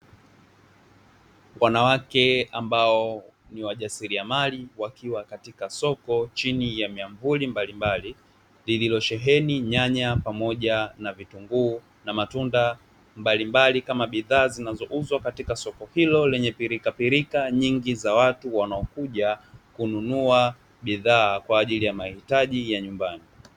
Wanawake ambao ni wajasiliamali wakiwa katika soko chini ya miamvuli mbalimbali lililosheheni nyanya pamoja vitunguu na matunda mbalimbali, kama bidhaa zinazouzwa katika soko hilo lenye pilila pilika nyingi za watu wanaokuja kununua bidhaa kwa ajili ya matumizi ya nyumbani.